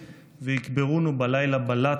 / ויקברונו בלילה בלאט,